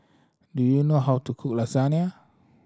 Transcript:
do you know how to cook Lasagne